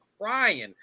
crying